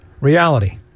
Reality